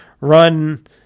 run